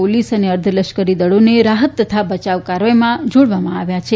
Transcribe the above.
ોલીસ અને અર્ધલશ્કરી દળોને રાફત તથા બયાવ કાર્યમાં જાડવામાં આવ્યાં છે